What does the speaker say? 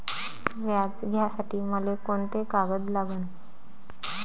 व्याज घ्यासाठी मले कोंते कागद लागन?